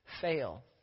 fail